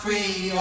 Free